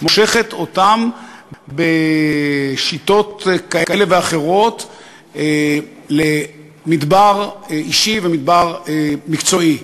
מושכת אותם בשיטות כאלה ואחרות למדבר אישי ומדבר מקצועי.